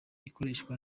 ikoreshwa